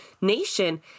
nation